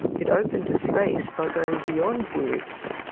it opened a space by going beyond words,